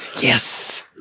Yes